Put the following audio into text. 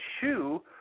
shoe